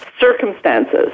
circumstances